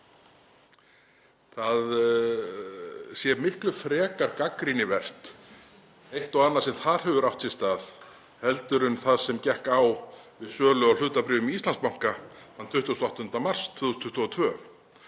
það sé miklu frekar gagnrýnivert eitt og annað sem þar hefur átt sér stað heldur en það sem gekk á við sölu á hlutabréfum í Íslandsbanka 28. mars 2022.